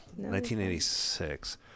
1986